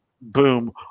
boom